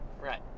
Right